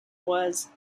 was